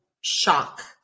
shock